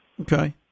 Okay